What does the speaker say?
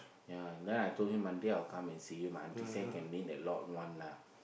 ya then I told him Monday I will come and see you my aunty say can meet a lot one lah